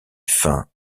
fin